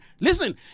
listen